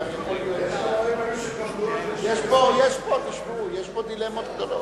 תשמעו, יש פה דילמות גדולות.